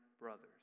brothers